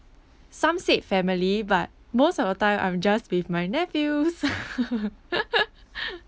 some said family but most of the time I'm just with my nephews